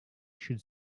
should